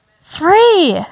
free